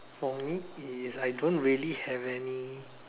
for me is I don't really have any